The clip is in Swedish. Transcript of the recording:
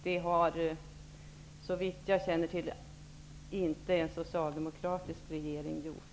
Det har inte, såvitt jag känner till, en socialdemokratisk regering gjort.